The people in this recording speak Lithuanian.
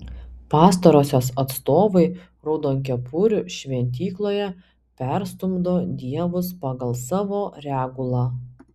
pastarosios atstovai raudonkepurių šventykloje perstumdo dievus pagal savo regulą